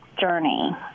journey